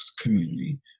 community